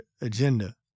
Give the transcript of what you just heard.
agenda